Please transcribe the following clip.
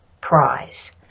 Prize